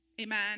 Amen